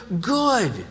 good